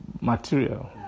material